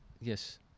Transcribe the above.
yes